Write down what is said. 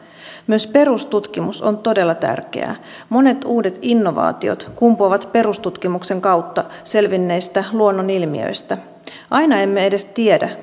myös perustutkimus on todella tärkeää monet uudet innovaatiot kumpuavat perustutkimuksen kautta selvinneistä luonnonilmiöistä aina emme edes tiedä